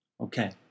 Okay